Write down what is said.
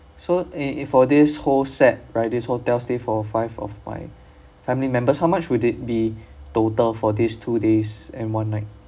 so it it for this whole set right this hotel stay for five of my family members how much would it be total for these two days and one night